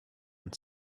and